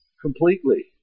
Completely